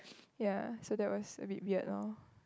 ya so that was a bit weird lor